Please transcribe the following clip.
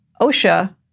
OSHA